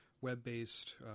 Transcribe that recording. web-based